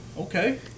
okay